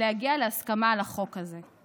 להגיע להסכמה על החוק הזה.